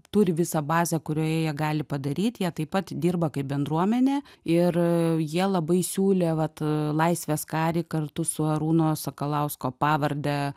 turi visą bazę kurioje jie gali padaryt jie taip pat dirba kaip bendruomenė ir jie labai siūlė vat laisvės karį kartu su arūno sakalausko pavarde